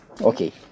Okay